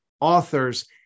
authors